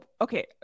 okay